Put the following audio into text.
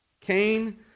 Cain